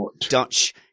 Dutch